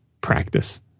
practice